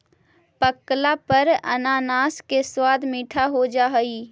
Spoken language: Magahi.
पकला पर अनानास के स्वाद मीठा हो जा हई